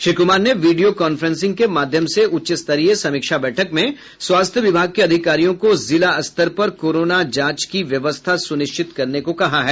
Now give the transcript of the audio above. श्री कुमार ने video conferencing के माध्यम से उच्च स्तरीय समीक्षा बैठक में स्वास्थ्य विभाग के अधिकारियों को जिला स्तर पर कोरोना जांच की व्यवस्था सुनिश्चित करने को कहा है